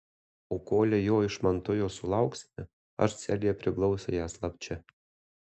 o kolei jo iš mantujos sulauksime aš celėje priglausiu ją slapčia